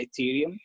Ethereum